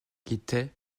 guittet